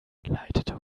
leitete